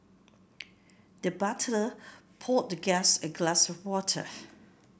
the butler poured the guest a glass of water